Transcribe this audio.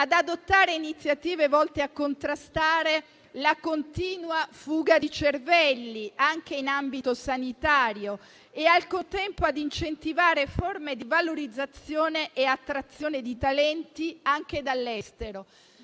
ad adottare iniziative volte a contrastare la continua fuga di cervelli anche in ambito sanitario e, al contempo, incentivare forme di valorizzazione e attrazione di talenti anche dall'estero;